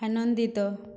ଆନନ୍ଦିତ